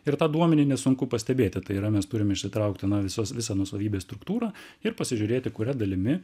ir tą duomenį nesunku pastebėti tai yra mes turim išsitraukti na visas visą nuosavybės struktūrą ir pasižiūrėti kuria dalimi